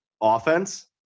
offense